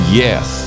yes